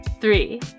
Three